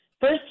First